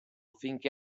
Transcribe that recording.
finché